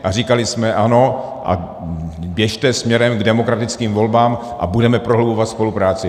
A říkali jsme ano, běžte směrem k demokratickým volbám a budeme prohlubovat spolupráci.